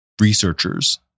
researchers